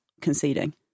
conceding